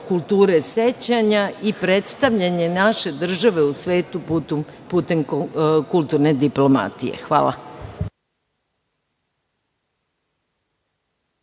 kulture sećanja i predstavljanje naše države u svetu putem kulturne diplomatije. Hvala.